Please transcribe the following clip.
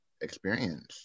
experience